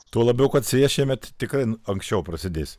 tuo labiau kad sėja šiemet tikrai anksčiau prasidės